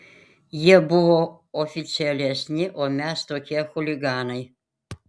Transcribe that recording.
jie buvo oficialesni o mes tokie chuliganai